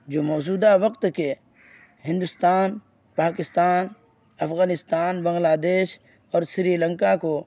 جو موجودہ وقت کے ہندوستان پاکستان افغانستان بنگلہ دیش اور سری لنکا کو